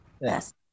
Yes